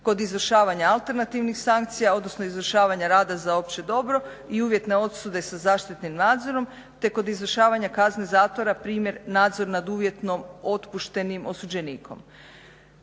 kod izvršavanja alternativnih sankcija odnosno izvršavanja rada za opće dobro i uvjetne osude sa zaštitnim nadzorom te kod izvršavanja kazne zatvora primjer, nadzor nad uvjetnom otpuštenim osuđenikom.